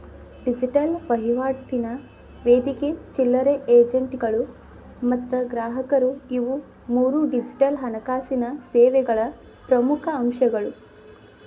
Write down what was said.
digital ವಹಿವಾಟಿನ ವೇದಿಕೆ ಚಿಲ್ಲರೆ ಏಜೆಂಟ್ಗಳು ಮತ್ತ ಗ್ರಾಹಕರು ಇವು ಮೂರೂ ಡಿಜಿಟಲ್ ಹಣಕಾಸಿನ್ ಸೇವೆಗಳ ಪ್ರಮುಖ್ ಅಂಶಗಳು